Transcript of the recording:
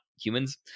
humans